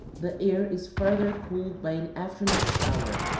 the air is farther cooled by an afternoon shower.